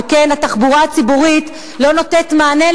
שכן התחבורה הציבורית לא נותנת להם מענה.